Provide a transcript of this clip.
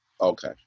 Okay